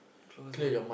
close ah